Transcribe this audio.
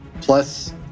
Plus